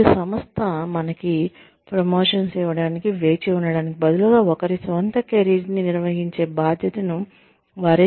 మరియు సంస్థ మనకి ప్రమోషన్ ఇవ్వటానికి వేచి ఉండటానికి బదులుగా ఒకరి వారి స్వంత కెరీర్ని నిర్వహించే బాధ్యతను తీసుకుంటారు